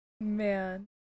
man